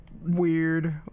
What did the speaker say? Weird